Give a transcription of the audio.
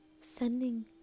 sending